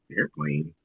Airplane